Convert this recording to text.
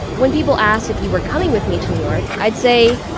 when people asked if you were coming with me to new york i'd say,